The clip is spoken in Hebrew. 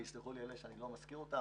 ויסלחו לי אלה שאני לא מזכיר אותם,